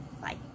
Bye